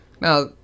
Now